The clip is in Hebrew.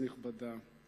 תודה, כנסת נכבדה,